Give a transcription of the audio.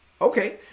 Okay